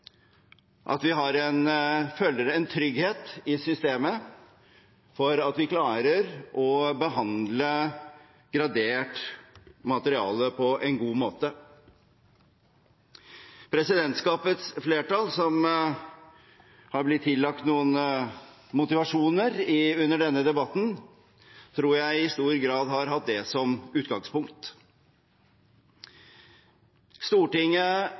regjeringsmedlemmer, og at vi føler en trygghet i systemet for at vi klarer å behandle gradert materiale på en god måte. Presidentskapets flertall, som har blitt tillagt noen motivasjoner under denne debatten, tror jeg i stor grad har hatt det som utgangspunkt. Stortinget